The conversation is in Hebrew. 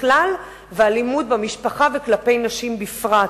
בכלל ואלימות במשפחה וכלפי נשים בפרט.